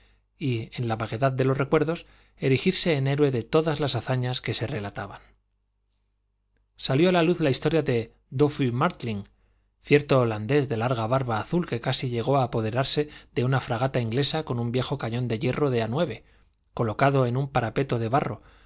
y en la vaguedad de los recuerdos erigirse en héroe de todas las hazañas que se relataban salió a luz la historia de doffue mártling cierto holandés de larga barba azul que casi llegó a apoderarse de una fragata inglesa con un viejo cañón de hierro de a nueve colocado en un parapeto de barro